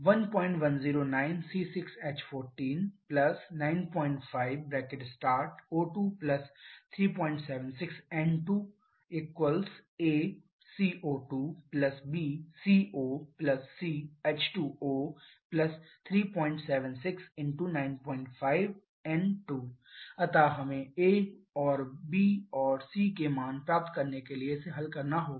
1109 C6H14 95 O2 376 N2 🡪 a b c 376×95 N2 अतः हमें a b और c के मान प्राप्त करने के लिए इसे हल करना होगा